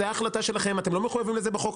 זאת החלטה שלכם, אתם לא מחויבים לזה בחוק.